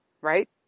right